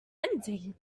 ending